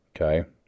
Okay